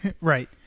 Right